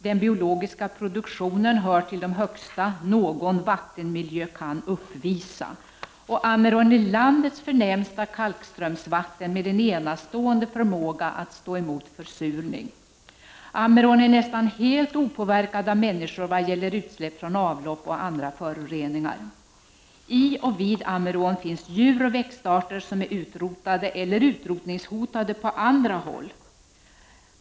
Den biologiska produktionen hör till de högsta någon vattenmiljö kan uppvisa. Ammerån är landets förnämsta kalkströmsvatten med en enastående förmåga att stå emot försurning. Ammerån är nästan helt opåverkad av människor när det gäller utsläpp från avlopp och av andra föroreningar. I och vid Ammerån finns djur och växtarter som är utrotade eller utrotningshotade på andra håll.